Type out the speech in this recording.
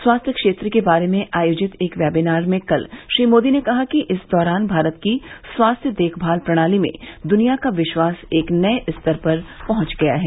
स्वास्थ्य क्षेत्र के बारे में आयोजित एक वेबिनार में कल श्री मोदी ने कहा कि इस दौरान भारत की स्वास्थ्य देखभाल प्रणाली में दुनिया का विश्वास एक नए स्तर पर पहुंच गया है